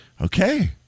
Okay